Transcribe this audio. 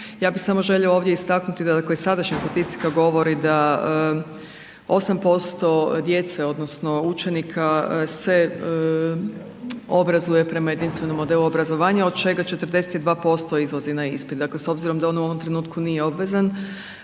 Ja bi samo željela ovdje istaknuti, dakle sadašnja statistika govori da 8% djece odnosno učenika se obrazuje prema jedinstvenom modelu obrazovanju od čega 42% izlazi na ispit, dakle s obzirom da n u ovom trenutku nije obvezan,